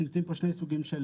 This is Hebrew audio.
נמצאים פה שני סוגים של